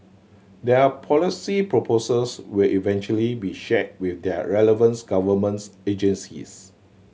their policy proposals will eventually be shared with their relevance governments agencies